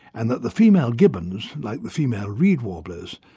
and that the female gibbons, like the female reed warblers,